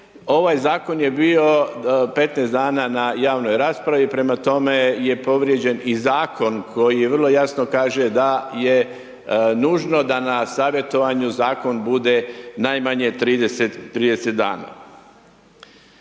Ovaj Zakon je bio 15 dana na javnoj raspravi, prema tome, je povrijeđen i Zakon koji vrlo jasno kaže da je nužno da na savjetovanju Zakon bude najmanje 30 dana.